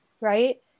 right